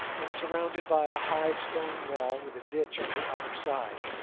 and surrounded by a high stone wall with a ditch on the outer side.